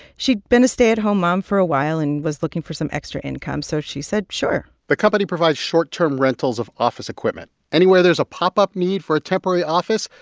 she'd been a stay-at-home mom for a while and was looking for some extra income, so she said, sure the company provides short-term rentals of office equipment. anywhere there's a pop-up need for a temporary office,